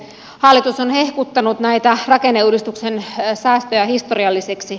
hallitus on hehkuttanut näitä rakenneuudistuksen säästöjä historiallisiksi